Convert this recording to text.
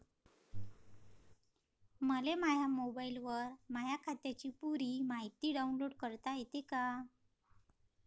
मले माह्या मोबाईलवर माह्या खात्याची पुरी मायती डाऊनलोड करता येते का?